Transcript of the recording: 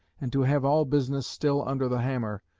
and to have all business still under the hammer,